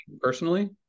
personally